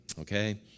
Okay